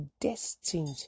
destined